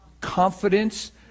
confidence